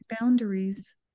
boundaries